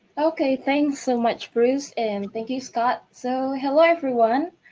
okay. thanks so much, bruce and thank you, scott. so hello, everyone.